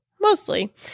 mostly